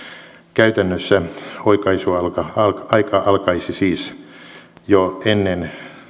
käytännössä oikaisuaika alkaisi siis jo ennen